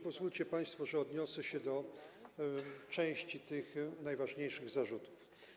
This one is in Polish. Pozwólcie państwo, że odniosę się do części tych najważniejszych zarzutów.